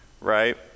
right